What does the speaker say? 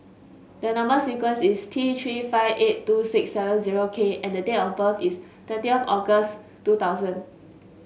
the number sequence is T Three five eight two six seven zero K and the date of birth is thirtieth August two thousand